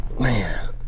Man